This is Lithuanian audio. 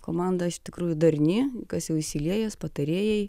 komanda iš tikrųjų darni kas jau išsiliejęs patarėjai